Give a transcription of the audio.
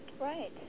Right